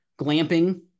Glamping